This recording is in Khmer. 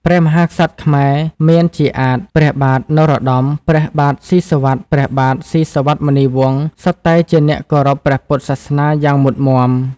ព្រះមហាក្សត្រខ្មែរ មានជាអាទិ៍ ព្រះបាទនរោត្តម ព្រះបាទស៊ីសុវត្ថិ ព្រះបាទ ស៊ីសុវត្ថិមុនីវង្ស សុទ្ធតែជាអ្នកគោរពព្រះពុទ្ធសាសនាយ៉ាងមុតមាំ ។